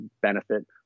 benefit